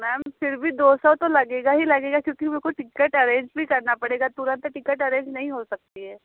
ma'am फिर भी दो सौ तो लगेगा ही लगेगा क्योंकि मेरे को टिकट अरेंज भी करना पड़ेगा तुरंत टिकट अरेंज नहीं हो सकती है